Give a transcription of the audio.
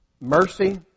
Mercy